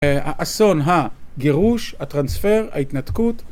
האסון, הגירוש, הטרנספר, ההתנתקות